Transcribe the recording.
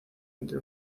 entre